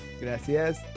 Gracias